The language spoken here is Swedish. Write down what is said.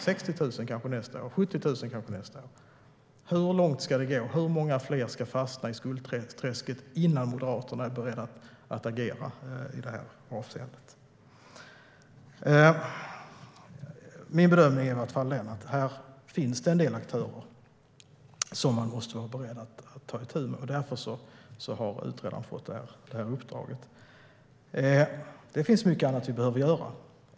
Det är kanske 60 000 eller 70 000 nästa år. Hur långt ska det gå? Hur många fler ska fastna i skuldträsket innan Moderaterna är beredda att agera i det här avseendet? Min bedömning är att det finns en del aktörer som man måste vara beredda att ta itu med. Därför har utredaren fått det här uppdraget. Det finns mycket annat vi behöver göra.